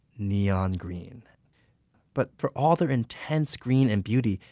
neon green but for all their intense green and beauty,